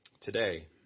today